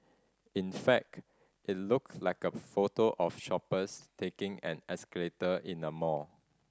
in fact it looked like a photo of shoppers taking an escalator in a mall